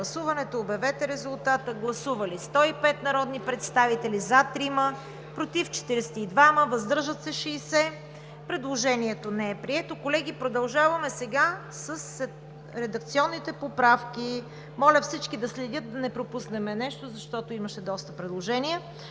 продължаваме с редакционните поправки. Моля всички да следят, за да не пропуснем нещо, защото имаше доста предложения.